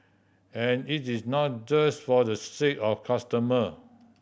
and it is not just for the sake of costumer